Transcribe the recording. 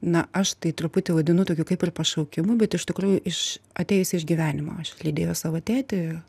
na aš tai truputį vadinu tokiu kaip ir pašaukimu bet iš tikrųjų iš atėjusi iš gyvenimo aš lydėjau savo tėtį